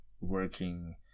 working